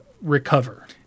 recover